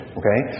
okay